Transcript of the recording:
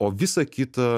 o visa kita